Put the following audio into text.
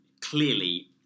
clearly